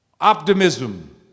Optimism